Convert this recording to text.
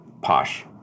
posh